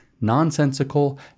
nonsensical